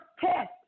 test